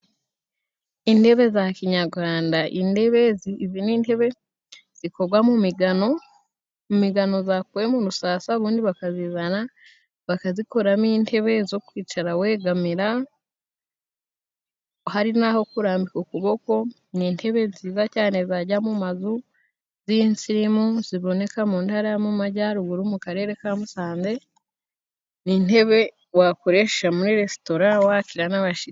Intebe za kinyagwanda. indebe, ibi n'intebe zikogwa mu migano. Imigano zakuwe mu rusasa ubundi bakazizana, bakazikuramo intebe zo kwicara wegamira. Hari n'aho kurambika ukuboko. Ni intebe nziza cyane zajya mu mazu z'insirimu ziboneka mu ntara yo mu majyaruguru mu karere ka Musanze. Ni intebe wakoresha muri resitora wakira n'abashitsi.